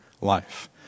life